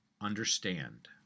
understand